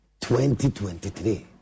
2023